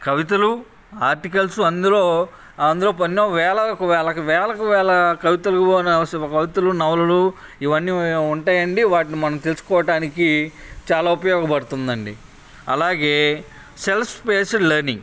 కవితలు ఆర్టికల్సు అందులో అందులో ఎన్నో వేలకు వేలకి వేలకి వేల కవితలు నవలలు ఇవన్నీ ఉంటాయండి వాటిని మనం తెలుసుకోవడానికి చాలా ఉపయోగపడుతుందండి అలాగే సెల్స్ బేస్డ్ లెర్నింగ్